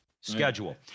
schedule